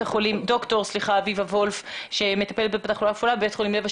כאשר דוקטור הירשמן שהוא מנהל בית החולים החליט יחד עם צוות המחלקה,